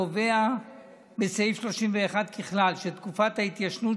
קובע בסעיף 31 ככלל שתקופת ההתיישנות